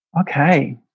okay